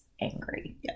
angry